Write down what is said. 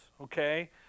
Okay